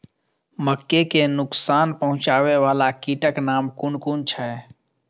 मके के नुकसान पहुँचावे वाला कीटक नाम कुन कुन छै?